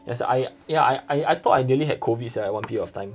as I yeah I I thought I nearly had COVID sia at one period of time